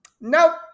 Nope